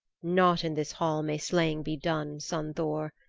not in this hall may slaying be done, son thor.